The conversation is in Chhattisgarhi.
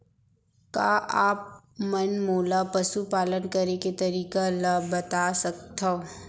का आप मन मोला पशुपालन करे के तरीका ल बता सकथव?